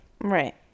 Right